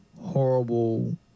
horrible